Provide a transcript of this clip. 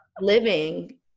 living